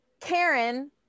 Karen